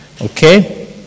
Okay